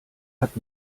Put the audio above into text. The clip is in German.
hat